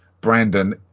Brandon